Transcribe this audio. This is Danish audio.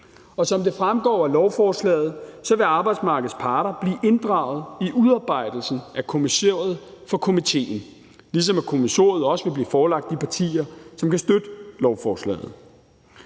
Og som det fremgår af lovforslaget, vil arbejdsmarkedets parter blive inddraget i udarbejdelsen af kommissoriet for komitéen, ligesom kommissoriet også vil blive forelagt de partier, som kan støtte lovforslaget.